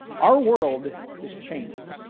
our world is changing.